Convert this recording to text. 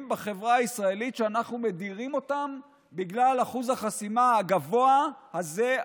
בחברה הישראלית שאנחנו מדירים בגלל אחוז החסימה הגבוה הזה,